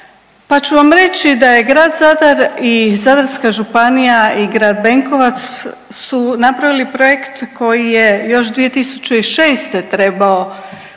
pa ću vam reći da je grad Zadar i Zadarska županija i grad Benkovac su napravili projekt koji je još 2006. trebao